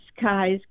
Skies